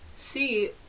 see